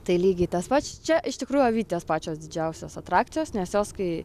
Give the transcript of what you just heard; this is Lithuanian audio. tai lygiai tas pats čia iš tikrųjų avytės pačios didžiausios atrakcijos nes jos kai